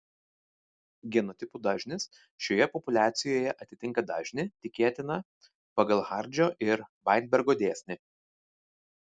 genotipų dažnis šioje populiacijoje atitinka dažnį tikėtiną pagal hardžio ir vainbergo dėsnį